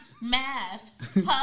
math